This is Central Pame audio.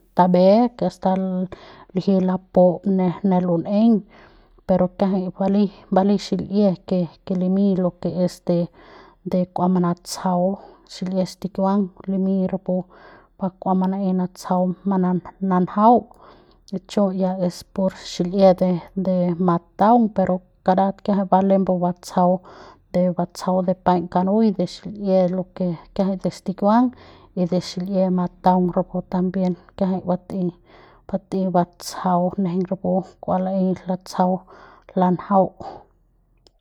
Ta mbe ke hasta liji lapup ne ne lun'eiñ pero kiajai balei balei xil'ie ke ke limiñ lo ke es de de kua manatsjau xil'ie stikiuang limiñ rapu pa kua manaei natjsau mana mananjau y chu ya es de pur xil'ie de de mataung pero karat kiajai ba lembu batsjau de batsjau paiñ kanui de xil'ie lo ke kiajai de stikiuang y de xil'ie mataung rapu también kiajai bat'ei bat'ei batsjau nejeiñ rapu kua lajeiñ latsjau lanjau.